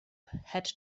had